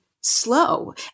slow